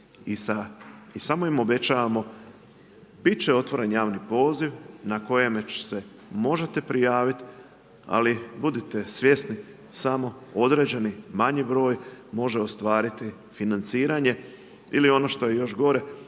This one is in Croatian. i samo im obećavamo, biti će otvoren javni poziv, na kojima će se možete prijaviti, ali budite svjesni, samo određeni, manji broj, može ostvariti financiranje ili ono što je još gore,